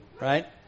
Right